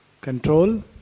Control